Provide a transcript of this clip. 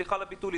סליחה על הביטוי,